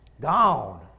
Gone